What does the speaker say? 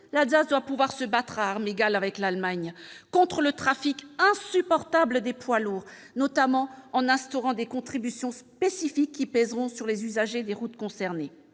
l'Alsace doit pouvoir se battre à armes égales avec l'Allemagne contre le trafic insupportable des poids lourds, notamment en instaurant des contributions spécifiques qui pèseront sur les usagers des routes concernées.